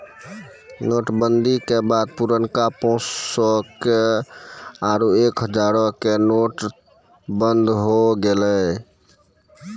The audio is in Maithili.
नोट बंदी के बाद पुरनका पांच सौ रो आरु एक हजारो के नोट बंद होय गेलै